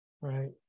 Right